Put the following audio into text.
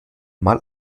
mal